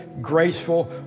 graceful